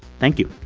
thank you